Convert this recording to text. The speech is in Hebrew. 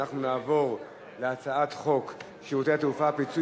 אנחנו נעבור להצעת חוק שירותי תעופה (פיצוי